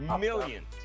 millions